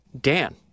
Dan